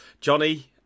Johnny